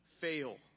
fail